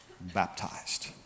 baptized